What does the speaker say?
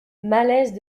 malaise